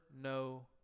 no